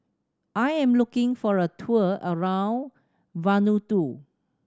I am looking for a tour around Vanuatu